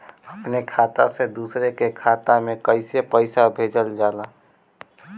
अपने खाता से दूसरे के खाता में कईसे पैसा भेजल जाला?